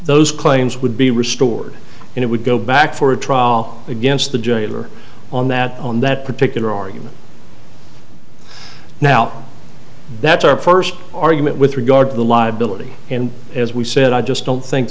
those claims would be restored and it would go back for a trial against the jailer on that on that particular argument now that's our first argument with regard to the liability and as we said i just don't think